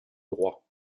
droit